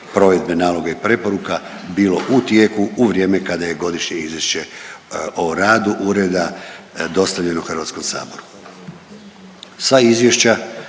provedbe naloga i preporuka bilo u tijeku u vrijeme kada je godišnje izvješće o radu ureda, dostavljeno HS-u.